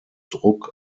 druck